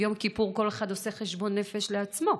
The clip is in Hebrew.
ביום כיפור כל אחד עושה חשבון נפש לעצמו,